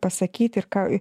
pasakyti ir ką